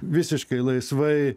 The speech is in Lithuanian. visiškai laisvai